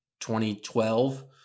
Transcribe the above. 2012